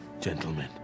gentlemen